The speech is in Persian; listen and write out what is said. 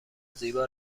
زیبا